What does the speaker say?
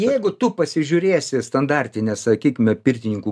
jeigu tu pasižiūrėsi į standartinę sakykime pirtininkų